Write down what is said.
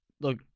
look